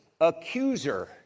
accuser